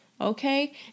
okay